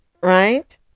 Right